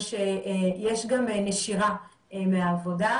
מכיוון שיש גם נשירה מהעבודה.